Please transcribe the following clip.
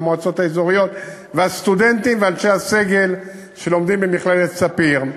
המועצות האזוריות והסטודנטים ואנשי הסגל במכללת "ספיר".